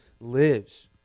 lives